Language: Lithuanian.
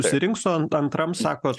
susirinks su an antram sako